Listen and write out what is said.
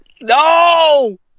No